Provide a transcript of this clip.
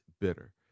Bitter